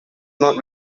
not